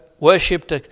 Worshipped